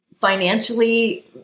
financially